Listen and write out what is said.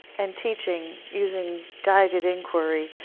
and teaching using guided inquiry,